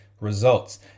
results